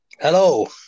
Hello